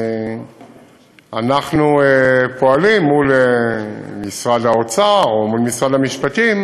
ואנחנו פועלים מול משרד האוצר ומול משרד המשפטים